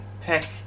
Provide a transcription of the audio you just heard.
pick